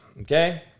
Okay